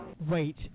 Wait